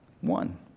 One